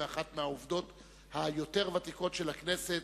מאחת העובדות היותר ותיקות של הכנסת,